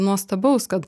nuostabaus kad